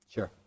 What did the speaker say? Sure